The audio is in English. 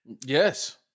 Yes